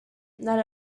that